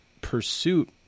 pursuit